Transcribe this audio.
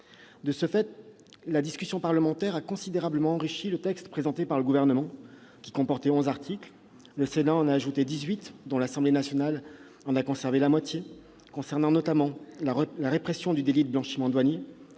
De fait, la discussion parlementaire a considérablement enrichi le texte présenté par le Gouvernement, qui comportait onze articles. Le Sénat en a ajouté dix-huit, dont l'Assemblée nationale a conservé la moitié, concernant notamment la répression du délit de blanchiment douanier,